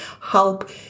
help